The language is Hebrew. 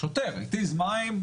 שוטר התיז מים,